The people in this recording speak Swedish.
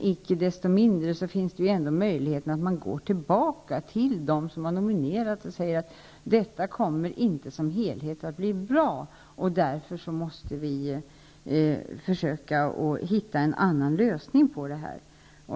Icke desto mindre finns det ändå möjligheter att gå tillbaka till dem som nominerat och säga: Detta kommer inte som helhet att bli bra, och därför måste vi försöka hitta en annan lösning.